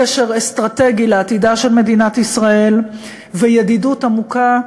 קשר אסטרטגי לעתידה של מדינת ישראל וידידות עמוקה.